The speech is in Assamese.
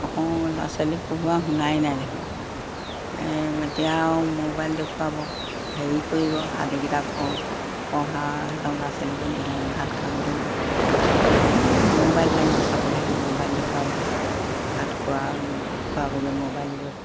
অকণো ল'ৰা ছোৱালীক পঢ়োৱা শুনাই নাই দেখোন এতিয়া আৰু মোবাইল দেখুৱাব হেৰি কৰিব সাধুকিতাপ পঢ়া ল'ৰা ছোৱালীবোৰক সেইটো কাৰণে ভাত খাওঁতেও এই মোবাইল লাগিব চাবলৈ মোবাইল দেখুৱাব ভাতখোৱা খোৱাবগৈ মোবাইল লৈ